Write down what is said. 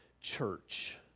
church